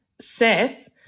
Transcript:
says